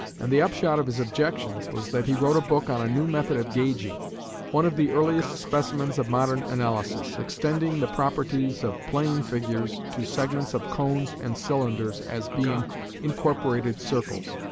and the upshot of his objections was that he wrote a book on a new method of gauging one of the earliest specimens of modern analysis, extending the properties of plane figures to segments of cones and cylinders as being incorporated circles.